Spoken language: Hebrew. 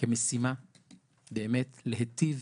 כמשימה באמת להיטיב